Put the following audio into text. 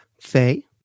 Faye